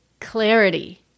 clarity